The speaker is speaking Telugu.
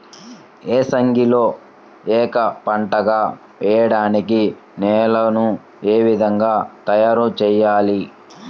ఏసంగిలో ఏక పంటగ వెయడానికి నేలను ఏ విధముగా తయారుచేయాలి?